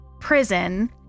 prison